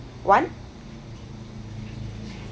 one